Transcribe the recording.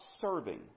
serving